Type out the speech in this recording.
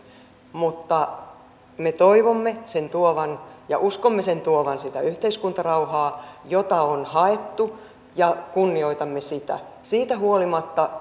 mutta me toivomme sen tuovan ja uskomme sen tuovan sitä yhteiskuntarauhaa jota on haettu ja kunnioitamme sitä siitä huolimatta